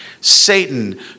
Satan